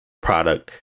product